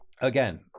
Again